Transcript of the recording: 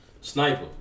Sniper